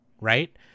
Right